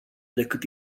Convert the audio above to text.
decât